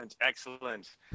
Excellent